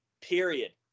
period